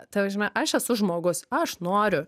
ta prasme aš esu žmogus aš noriu